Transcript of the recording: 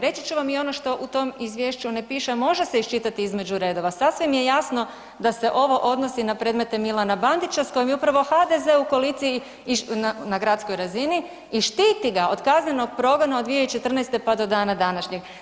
Reći ću vam i ono što u tom izvješću ne piše, a može se iščitati između redova, sasvim je jasno da se ovo odnosi na predmete Milana Bandića s kojim je upravo HDZ u koaliciji na gradskoj razini i štiti ga od kaznenog progona od 2014. pa do dana današnjeg.